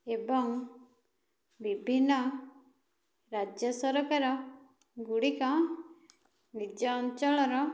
ଏବଂ ବିଭିନ୍ନ ରାଜ୍ୟ ସରକାର ଗୁଡ଼ିକ ନିଜ ଅଞ୍ଚଳର